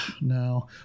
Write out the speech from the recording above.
no